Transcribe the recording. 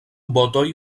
botoj